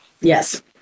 Yes